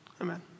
Amen